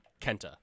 Kenta